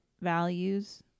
values